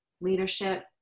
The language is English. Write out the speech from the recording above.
leadership